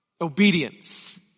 obedience